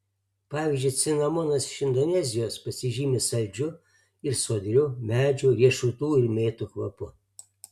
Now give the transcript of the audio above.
pavyzdžiui cinamonas iš indonezijos pasižymi saldžiu ir sodriu medžių riešutų ir mėtų kvapu